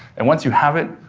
and once you have it,